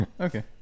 Okay